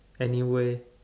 anywhere